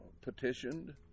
petitioned